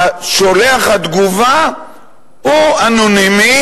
שולח התגובה הוא אנונימי,